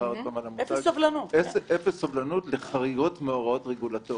אפס סובלנות לחריגות מהוראות רגולטוריות.